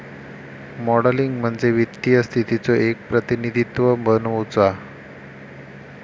modelling म्हणजे वित्तीय स्थितीचो एक प्रतिनिधित्व बनवुचा